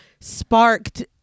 sparked